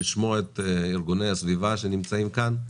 לשמוע את ארגוני הסביבה שנמצאים כאן,